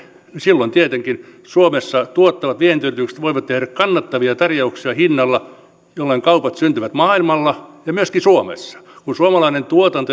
silloin tietenkin suomessa tuottavat vientiyritykset voivat tehdä kannattavia tarjouksia hinnalla jolla kaupat syntyvät maailmalla ja myöskin suomessa kun suomalainen